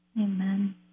Amen